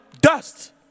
Dust